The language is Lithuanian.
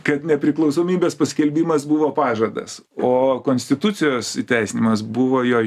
kad nepriklausomybės paskelbimas buvo pažadas o konstitucijos įteisinimas buvo jo